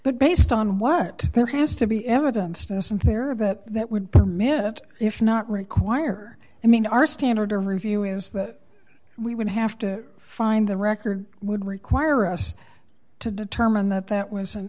but based on what there has to be evidence doesn't there of that that would permit if not require i mean our standard of review is that we would have to find the record would require us to determine that that was an